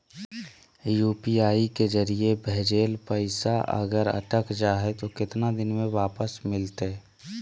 UPI के जरिए भजेल पैसा अगर अटक जा है तो कितना दिन में वापस मिलते?